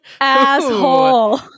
Asshole